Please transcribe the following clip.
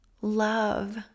love